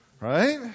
Right